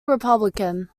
republican